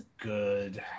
good